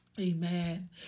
Amen